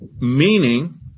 meaning